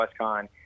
Westcon